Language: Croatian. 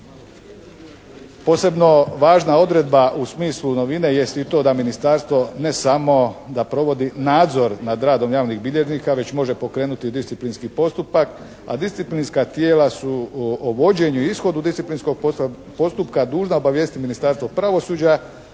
Posebno važna odredba u smislu novine jest i to da ministarstvo ne samo da provodi nadzor nad radnom javnih bilježnika već može pokrenuti disciplinski postupak a disciplinska tijela su o vođenju i ishodu disciplinskog postupka dužna obavijestiti Ministarstvo pravosuđa